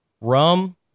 Rum